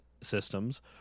systems